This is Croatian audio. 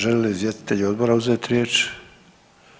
Žele li izvjestitelji odbora uzeti riječ?